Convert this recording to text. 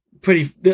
Pretty-